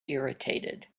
irritated